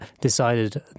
decided